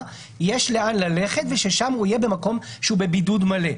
יש לאן ללכת וששם הוא יהיה במקום שהוא בבידוד מלא.